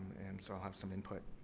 and, so, i'll have some input.